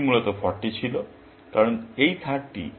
এটি মূলত 40 ছিল কারণ এই 30 যোগ 10 40